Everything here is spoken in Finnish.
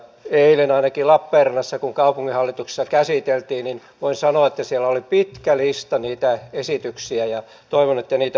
eilen ainakin lappeenrannassa kun kaupunginhallituksessa käsiteltiin voin sanoa että siellä oli pitkä lista niitä esityksiä ja toivon että niitä huomioidaan